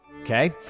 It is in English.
Okay